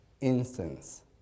instance